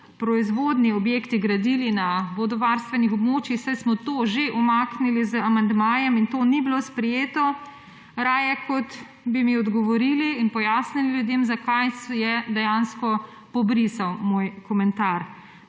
proizvodni objekti gradili na vodovarstvenih območjih, saj smo to že umaknili z amandmajem in to ni bilo sprejeto, raje kot bi mi odgovorili in pojasnili ljudem, zakaj, je dejansko pobrisal moj komentar.